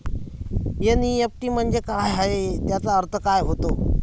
NEFT म्हंजे काय, त्याचा अर्थ काय होते?